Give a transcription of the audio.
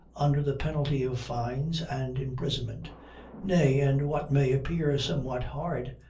under the penalty of fines and imprisonment nay, and what may appear somewhat hard,